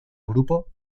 grupo